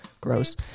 Gross